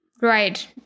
Right